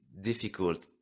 difficult